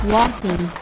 ...walking